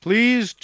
Please